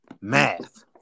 Math